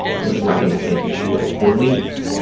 how does writing that make you feel? relieved.